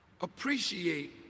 appreciate